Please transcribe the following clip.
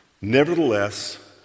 Nevertheless